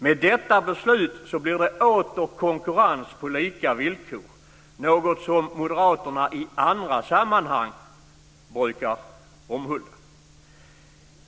Med detta beslut blir det åter konkurrens på lika villkor, något som moderaterna i andra sammanhang säger sig omhulda.